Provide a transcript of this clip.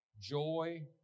joy